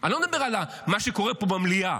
אני לא מדבר על מה שקורה פה במליאה.